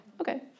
Okay